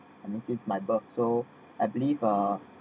I mean since my birth so I believe uh